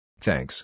Thanks